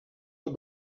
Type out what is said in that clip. too